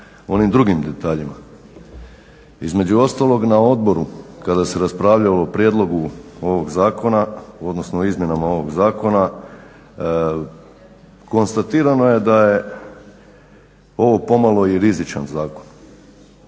onim drugim detaljima. Između ostalog na odboru kada se raspravljalo o prijedlogu ovog zakona, odnosno o izmjenama ovog zakona konstatirano je da je ovo pomalo i rizičan zakon